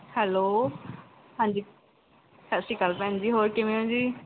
hello ਹਾਂਜੀ ਸਤਿ ਸ਼੍ਰੀ ਅਕਾਲ ਭੈਣ ਜੀ ਹੋਰ ਕਿਵੇਂ ਹੋ ਜੀ